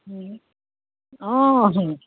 অঁ